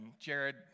Jared